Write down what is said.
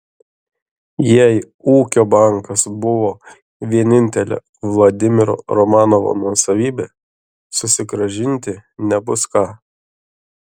jei ūkio bankas buvo vienintelė vladimiro romanovo nuosavybė susigrąžinti nebus ką